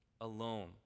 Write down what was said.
alone